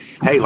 hey